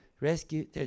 Rescue